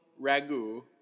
Ragu